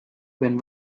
when